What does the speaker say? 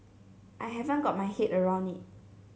I haven't got my head around it